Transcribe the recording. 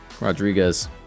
Rodriguez